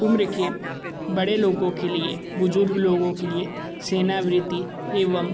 उम्र के बड़े लोगों के लिए बुजुर्ग लोगों के लिए सेना वृति एवं